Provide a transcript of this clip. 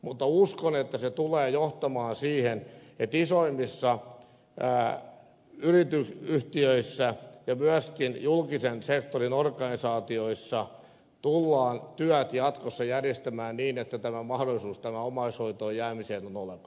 mutta uskon että se tulee johtamaan siihen että isoimmissa yhtiöissä ja myöskin julkisen sektorin organisaatioissa tullaan työt jatkossa järjestämään niin että tämä mahdollisuus omaishoitajaksi jäämiseen on olemassa